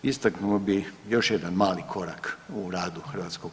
Istaknuo bi još jedan mali korak u radu HS.